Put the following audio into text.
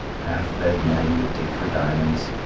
half-fed men would dig for diamonds,